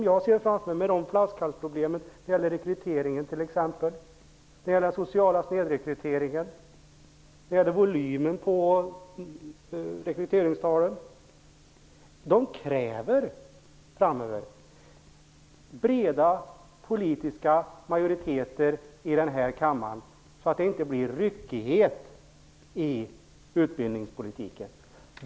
Jag ser framför mig problem av flaskhalstyp eller med rekryteringen, t.ex. den sociala snedrekryteringen eller vad gäller rekryteringsvolymen. För detta krävs samråd och breda politiska majoriteter i kammaren, så att det inte blir en ryckighet i utbildningspolitiken.